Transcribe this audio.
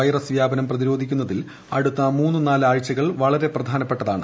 virus വ്യാപനം പ്രതിരോധിക്കുന്നതിൽ അടുത്ത മൂന്ന് നാല് ആഴ്ചകൾ വളരെ പ്രധാനപ്പെട്ടതാണ്